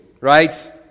right